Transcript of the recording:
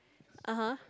(uh huh)